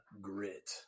Grit